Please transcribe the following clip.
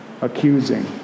accusing